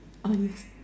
ah yes